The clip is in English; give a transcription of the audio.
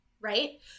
right